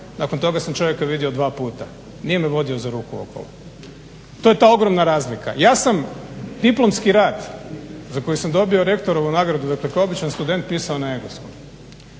Nakon toga sam čovjeka vidio dva puta. Nije me vodio za ruku okolo. To je ta ogromna razlika. Ja sam diplomski rad za koji sam dobio rektorovu nagradu dakle kao običan student pisao na engleskom